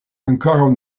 ankoraŭ